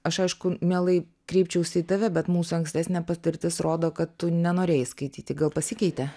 aš aišku mielai kreipčiausi į tave bet mūsų ankstesnė patirtis rodo kad tu nenorėjai skaityti gal pasikeitė